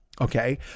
Okay